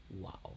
Wow